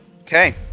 Okay